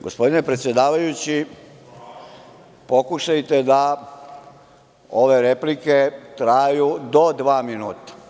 Gospodine predsedavajući pokušajte da ove replike traju do dva minuta.